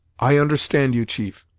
i understand you, chief.